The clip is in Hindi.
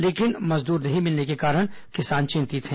लेकिन मजदूर नहीं मिलने के कारण किसान चिंतित है